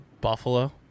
Buffalo